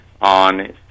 on